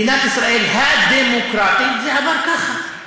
במדינת ישראל הדמוקרטית זה עבר ככה.